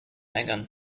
megan